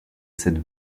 cette